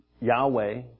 Yahweh